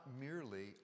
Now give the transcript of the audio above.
merely